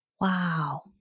Wow